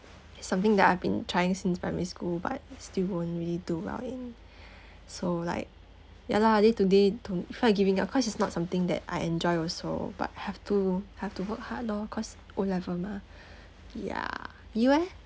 something that I've been trying since primary school but still won't really do well in so like ya lah day to day to felt like giving up cause it's not something that I enjoy also but have to have to work hard loh cause O level mah ya you eh